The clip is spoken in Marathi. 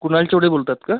कुणालचे वडील बोलतात का